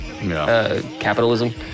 Capitalism